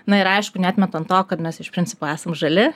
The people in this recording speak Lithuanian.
na ir aišku neatmetant to kad mes iš principo esam žali